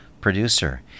producer